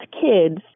kids